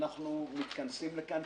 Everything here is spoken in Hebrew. אנחנו מתכנסים כאן,